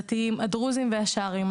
הדרוזיים והשרעים.